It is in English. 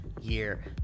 year